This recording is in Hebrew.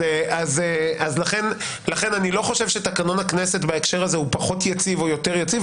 אז לכן אני לא חושב שתקנון הכנסת בהקשר הזה הוא פחות יציב או יותר יציב,